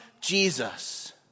Jesus